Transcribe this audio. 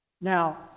Now